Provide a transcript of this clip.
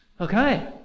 Okay